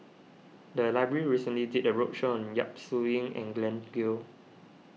the library recently did a roadshow on Yap Su Yin and Glen Goei